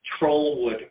Trollwood